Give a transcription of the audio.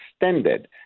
extended